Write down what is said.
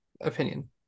opinion